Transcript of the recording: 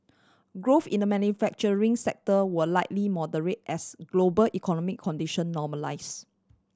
growth in the manufacturing sector will likely moderate as global economic condition normalise